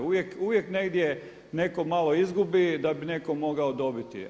Uvijek negdje neko malo izgubi da bi netko mogao dobiti.